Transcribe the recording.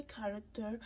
character